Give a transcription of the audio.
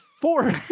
four